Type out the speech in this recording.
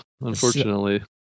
unfortunately